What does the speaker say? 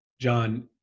John